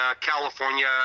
california